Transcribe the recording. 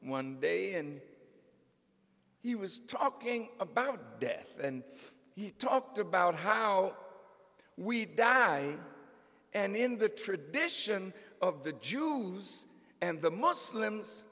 one day he was talking about death and he talked about how we die and in the tradition of the jews and the muslims